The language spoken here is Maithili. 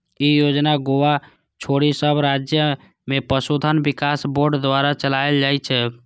ई योजना गोवा छोड़ि सब राज्य मे पशुधन विकास बोर्ड द्वारा चलाएल जाइ छै